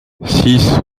six